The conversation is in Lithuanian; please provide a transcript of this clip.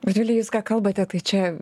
vilija jūs ką kalbate tai čia